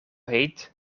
heet